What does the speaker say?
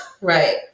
Right